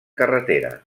carretera